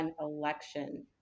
election